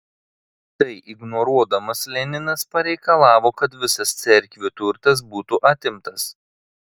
tai ignoruodamas leninas pareikalavo kad visas cerkvių turtas būtų atimtas